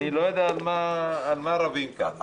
אני לא יודע על מה רבים כאן.